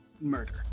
murder